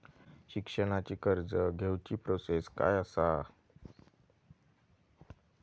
शिक्षणाची कर्ज घेऊची प्रोसेस काय असा?